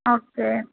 okay